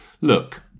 Look